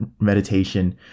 meditation